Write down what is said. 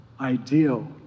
ideal